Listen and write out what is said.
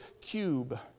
cube